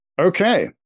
Okay